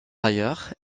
ailleurs